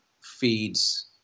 feeds